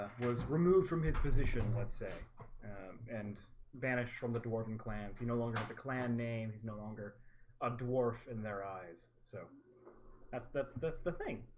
was removed from his position, let's say and banished from the dwarven clans he no longer has a clan name he's no longer a dwarf in their eyes, so that's that's that's the thing!